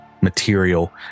material